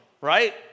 Right